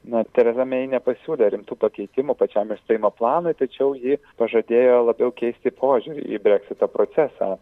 na tereza mei nepasiūlė rimtų pakeitimų pačiam išstojimo planui tačiau ji pažadėjo labiau keisti požiūrį į breksito procesą